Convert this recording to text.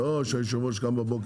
לא שיושב הראש קם בבוקר,